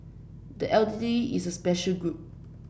the elderly is a special group